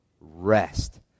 rest